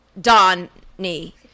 Donny